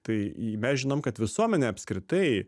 tai mes žinom kad visuomenė apskritai